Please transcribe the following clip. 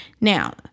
Now